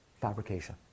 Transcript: Fabrication